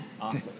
awesome